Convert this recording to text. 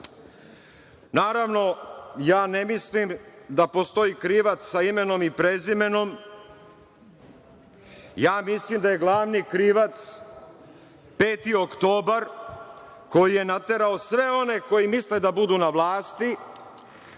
raste. Ja ne mislim da postoji krivac sa imenom i prezimenom. Ja mislim da je glavni krivac 5. oktobar, koji je naterao sve one koji misle da budu na vlasti